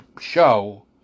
show